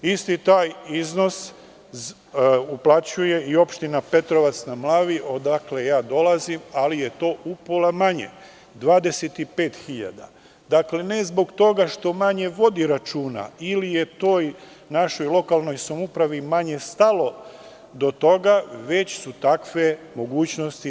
Isti taj iznos uplaćuje i opština Petrovac na Mlavi, odakle ja dolazim, ali je to upola manje, 25.000, ne zbog toga što manje vodi računa, ili je toj našoj lokalnoj samoupravi manje stalo do toga, već su takve mogućnosti.